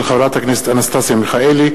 של חברת הכנסת חנין זועבי,